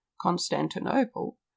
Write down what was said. constantinople